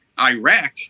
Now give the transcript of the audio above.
Iraq –